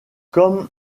comme